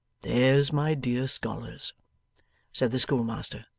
there's my dear scholars said the schoolmaster,